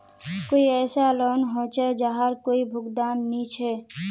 कोई ऐसा लोन होचे जहार कोई भुगतान नी छे?